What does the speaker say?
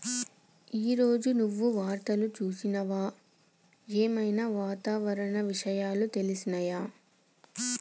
ఈ రోజు నువ్వు వార్తలు చూసినవా? ఏం ఐనా వాతావరణ విషయాలు తెలిసినయా?